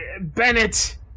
Bennett